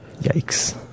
yikes